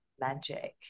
magic